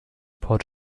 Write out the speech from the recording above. port